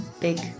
big